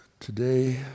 Today